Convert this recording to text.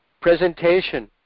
presentation